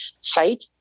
site